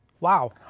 Wow